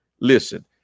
Listen